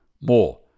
More